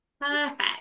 Perfect